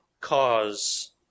cause